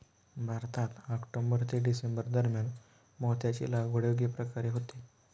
भारतात ऑक्टोबर ते डिसेंबर दरम्यान मोत्याची लागवड योग्य प्रकारे होते